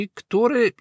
który